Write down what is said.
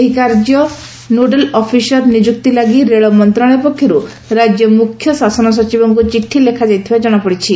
ଏହି କାର୍ଯ୍ୟ ସକାଲେ ନୋଡାଲ ଅଫିସର ନିଯୁକ୍ତି ଲାଗି ରେଳ ମନ୍ତ୍ରଶାଳୟ ପକ୍ଷରୁ ରାକ୍ୟ ମୁଖ୍ୟ ଶାସନ ସଚିବଙ୍ଙୁ ଚିଠି ଲେଖାଯାଇଥିବା ଜଶାପଡିଛି